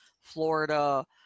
Florida